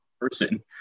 person